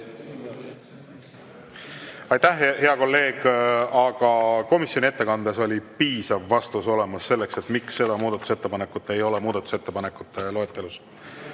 Aitäh, hea kolleeg! Komisjoni ettekandes oli piisav vastus olemas sellele, miks seda muudatusettepanekut ei ole muudatusettepanekute loetelus.